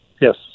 Yes